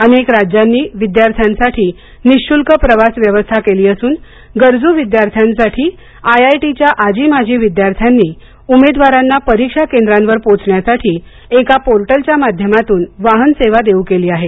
अनेक राज्यांनी विद्यथ्यांसाठी निशुल्क प्रवास व्यवस्था केली असून गरजू विद्यार्थ्यांसाठी आय आय टी च्या आजी माजी विद्यार्थ्यांनी उमेदवारांना परीक्षा केंद्रांवर पोचण्यासाठी एका पोर्टलच्या माध्यमातून वाहन सेवा देऊ केली आहे